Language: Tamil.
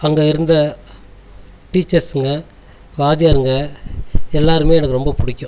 அங்கே இருந்த டீச்சர்ஸ்சுங்க வாத்தியாருங்க எல்லாருமே எனக்கு ரொம்ப பிடிக்கும்